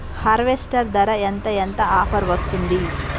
Harvester ధర ఎంత ఎంత ఆఫర్ వస్తుంది?